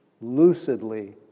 lucidly